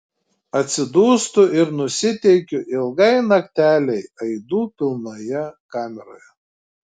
atsidūstu ir nusiteikiu ilgai naktelei aidų pilnoje kameroje